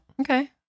Okay